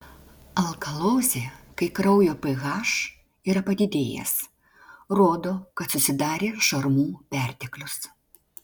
alkalozė kai kraujo ph yra padidėjęs rodo kad susidarė šarmų perteklius